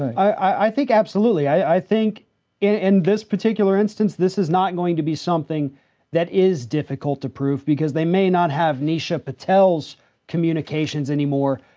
i think absolutely. i think in in this particular instance, this is not going to be something that is difficult to prove because they may not have nisha patel's communications anymore,